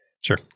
Sure